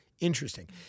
interesting